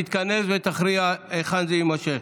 ועדת הכנסת תתכנס ותכריע היכן זה יימשך.